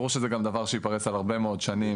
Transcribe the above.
ברור שזה גם דבר שייפרס על הרבה מאוד שנים.